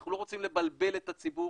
אנחנו לא רוצים לבלבל את הציבור,